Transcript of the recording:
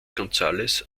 gonzález